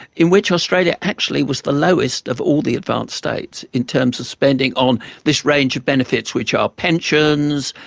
in which australia actually was the lowest of all the advanced states in terms of spending on this range of benefits, which are pensions,